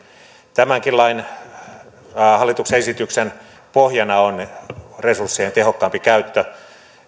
tämänkin hallituksen esityksen pohjana on resurssien tehokkaampi käyttö